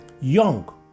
young